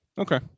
Okay